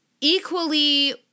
equally